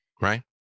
Right